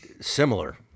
similar